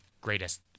greatest